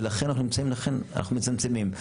ולכן אנחנו נמצאים, אנחנו מצמצמים.